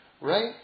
right